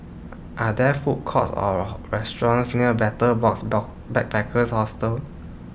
Are There Food Courts Or restaurants near Betel Box Backpackers Hostel